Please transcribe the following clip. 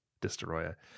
Destroyer